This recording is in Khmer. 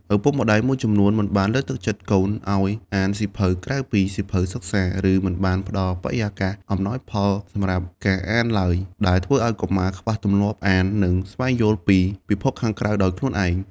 ឪពុកម្តាយមួយចំនួនមិនបានលើកទឹកចិត្តកូនឱ្យអានសៀវភៅក្រៅពីសៀវភៅសិក្សា ឬមិនបានផ្តល់បរិយាកាសអំណោយផលសម្រាប់ការអានឡើយ ដែលធ្វើឱ្យកុមារខ្វះទម្លាប់អាន និងស្វែងយល់ពីពិភពខាងក្រៅដោយខ្លួនឯង។